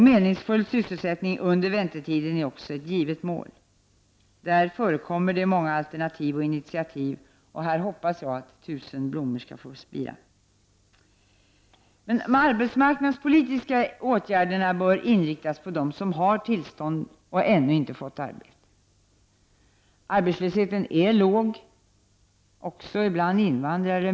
Meningsfull sysselsättning under väntetiden är också ett givet mål. Där förekommer många alternativ och initiativ. Här hoppas jag att tusen blommor skall få spira. Arbetsmarknadspolitiska åtgärder bör inriktas på dem som har tillstånd men ännu inte fått arbete. Arbetslösheten är låg — också bland invandrare.